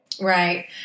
Right